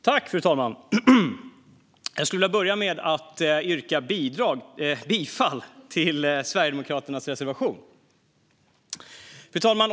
Fru talman! Jag skulle vilja börja med att yrka bifall till Sverigedemokraternas reservation. Fru talman!